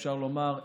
אפשר לומר,